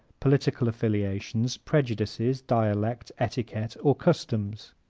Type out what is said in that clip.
political affiliations, prejudices, dialect, etiquette or customs.